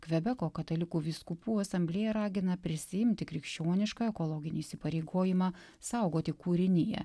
kvebeko katalikų vyskupų asamblėja ragina prisiimti krikščionišką ekologinį įsipareigojimą saugoti kūriniją